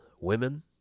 Women